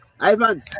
ivan